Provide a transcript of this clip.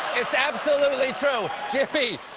it's absolutely true! jimmy,